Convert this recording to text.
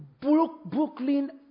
Brooklyn